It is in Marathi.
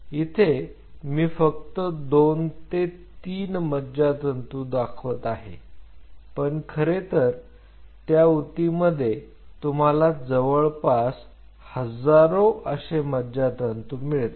इथे मी फक्त दोन ते तिन मज्जातंतू दाखवत आहे पण खरे तर त्या उती मध्ये तुम्हाला जवळपास हजारो असे मज्जातंतू मिळतात